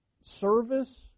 service